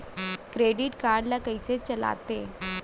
Debit card ला कइसे चलाते?